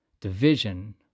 division